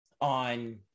on